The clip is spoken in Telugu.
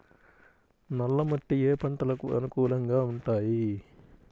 నల్ల మట్టి ఏ ఏ పంటలకు అనుకూలంగా ఉంటాయి?